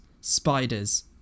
Spiders